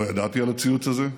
לא ידעתי על הציוץ הזה,